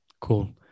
Cool